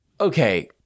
Okay